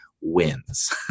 wins